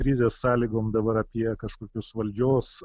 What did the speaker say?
krizės sąlygom dabar apie kažkokius valdžios